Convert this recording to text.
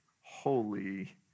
holy